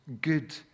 good